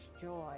joy